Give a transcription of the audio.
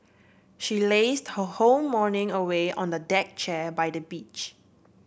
she lazed her whole morning away on a deck chair by the beach